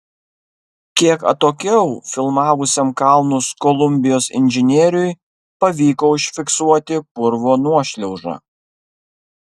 kiek atokiau filmavusiam kalnus kolumbijos inžinieriui pavyko užfiksuoti purvo nuošliaužą